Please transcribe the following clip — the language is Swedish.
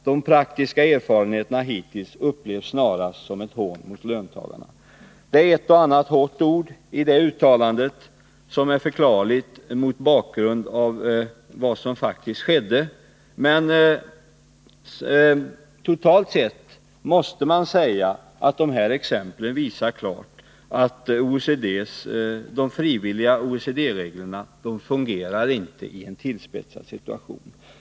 De praktiska erfarenheterna hittills upplevs snarast som ett hån mot löntagarna.” Det är ett och annat hårt ord i detta uttalande, något som är förklarligt mot bakgrund av vad som faktiskt skett, men totalt sett måste man säga att de nämnda exemplen klart visar att de frivilliga OECD-reglerna inte fungerar i en tillspetsad situation.